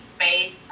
space